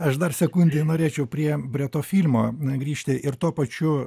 aš dar sekundei norėčiau prie prie to filmo negrįžti ir tuo pačiu